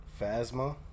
Phasma